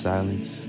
Silence